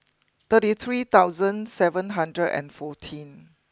thirty three thousand seven hundred and fourteen